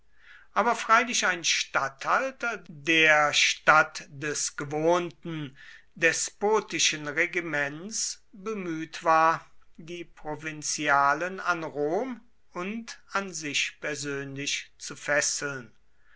aber freilich ein statthalter der statt des gewohnten despotischen regiments bemüht war die provinzialen an rom und an sich persönlich zu fesseln